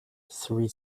three